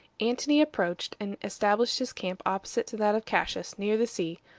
antony approached, and established his camp opposite to that of cassius, near the sea,